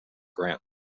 grant